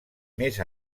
més